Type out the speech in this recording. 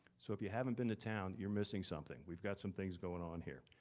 so if you haven't been to town, you're missing something. we've got some things going on here.